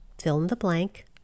fill-in-the-blank